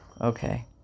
Okay